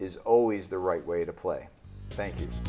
is always the right way to play thank you